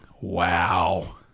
Wow